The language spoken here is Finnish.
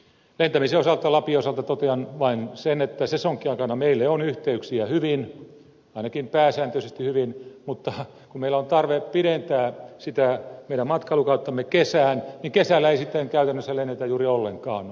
lentämisen osalta lapin osalta totean vain sen että sesonkiaikana meille on yhteyksiä hyvin ainakin pääsääntöisesti hyvin mutta kun meillä on tarve pidentää sitä meidän matkailukauttamme kesään niin kesällä ei sitten käytännössä lennetä juuri ollenkaan noihin matkailukeskuksiin